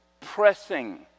pressing